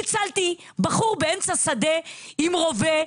אני הצלתי בחור באמצע שדה עם רובה,